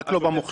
רק לא במוכש"ר.